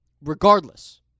regardless